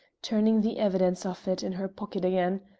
turning the evidence of it in her pocket again.